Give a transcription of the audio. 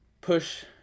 push